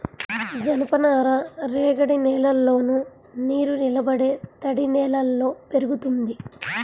జనపనార రేగడి నేలల్లోను, నీరునిలబడే తడినేలల్లో పెరుగుతుంది